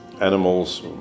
animals